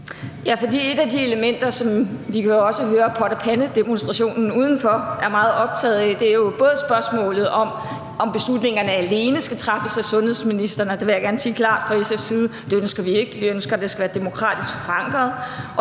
et af de elementer, som vi jo også kan høre pot- og pandedemonstrationen udenfor er meget optaget, er jo både spørgsmålet om, om beslutningerne alene skal træffes af sundhedsministeren – og der vil jeg gerne sige klart fra SF's side, at det ønsker vi ikke, vi ønsker, det skal være demokratisk forankret